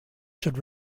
should